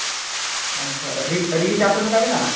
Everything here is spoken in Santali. ᱟᱪᱪᱷᱟ ᱟᱹᱰᱤ ᱟᱹᱰᱤᱜᱮ ᱪᱟᱯ ᱨᱮ ᱢᱮᱱᱟᱜ ᱵᱮᱱᱟ